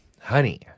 honey